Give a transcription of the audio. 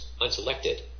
Unselected